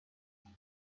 میشه